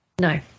no